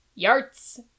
yarts